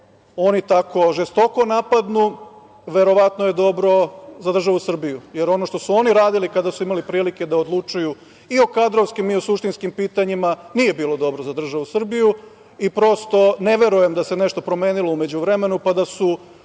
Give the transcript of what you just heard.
oni tako žestoko napadnu verovatno je dobro za državu Srbiju. Jer, ono što su oni radili kada su imali prilike da odlučuju i o kadrovskim i o suštinskim pitanjima nije bilo dobro za državu Srbiju i prosto ne verujem da se nešto promenilo u međuvremenu, pa da su